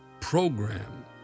program